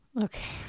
Okay